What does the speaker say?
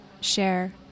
share